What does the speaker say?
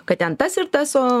kad ten tas ir tas o